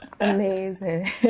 amazing